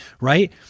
right